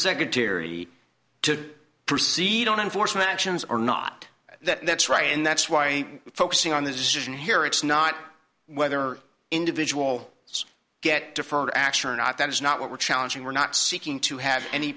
secretary to proceed on enforcement actions or not that's right and that's why focusing on the decision here it's not whether individual get deferred action or not that is not what we're challenging we're not seeking to have any